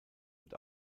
und